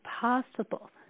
possible